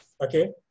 Okay